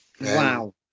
wow